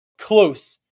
Close